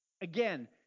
Again